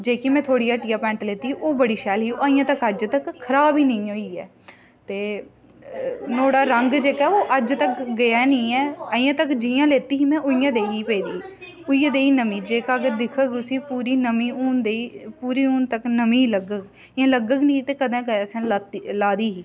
जेह्की में थुआढ़ी हट्टिया पैंट लेती ओह् बड़ी शैल ही ओह् अजें तक अज्ज तक खराब ई नेईं होई ऐ ते नुहाड़ा रंग जेह्का ओह् अज्ज तक गेआ नी ऐ अजें तक जियां लेती ही में उ'यां देई पेदी उ'यै देई नमीं जेह्का अगर दिक्खग उसी पूरी नमीं हून देई पूरी हून तक नमीं लग्गग इ'यां लग्गग नेईं कदें असें लाती लाई दी ही